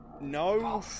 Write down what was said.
no